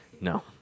No